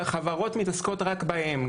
החברות מתעסקות רק בהם,